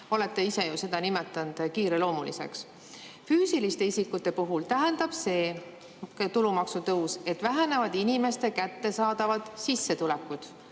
olete ise ju seda nimetanud kiireloomuliseks. Füüsiliste isikute puhul tähendab tulumaksu tõus seda, et väheneb inimeste kättesaadav sissetulek